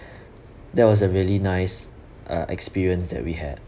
that was a really nice uh experience that we had